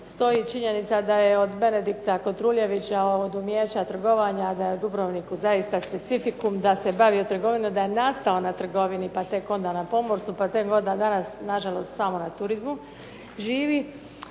Stoji činjenica da je od Benedikta Kotruljevića od umijeća trgovanja da je u Dubrovniku zaista specifikum da se bavio trgovinom, da je nastao na trgovini pa tek onda na pomorstvu pa tek onda danas nažalost samo na turizmu živi.